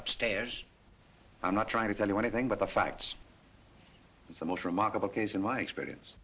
upstairs i'm not trying to tell you anything but the facts is the most remarkable case in my experience